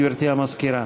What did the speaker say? גברתי המזכירה.